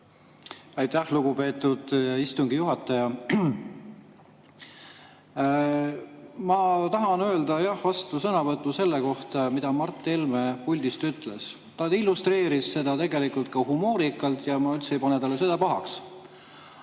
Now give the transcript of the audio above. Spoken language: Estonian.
Aitäh, lugupeetud istungi juhataja! Ma tahan öelda jah vastusõnavõtu selle kohta, mida Mart Helme puldist ütles. Ta illustreeris seda humoorikalt ja ma üldse ei pane talle seda pahaks.